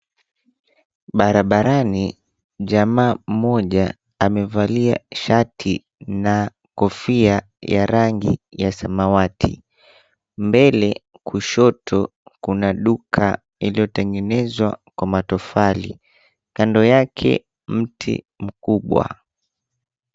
Barabarani jamaa mmoja amevalia shati na kofia ya rangi ya samawati. Mbele kushoto kuna duka iliyotengenezwa kwa matofali. Kando yake mti mkubwa.